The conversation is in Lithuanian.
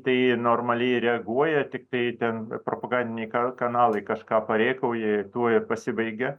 tai normaliai reaguoja tiktai ten propagandiniai kan kanalai kažką parėkauja tuo ir pasibaigia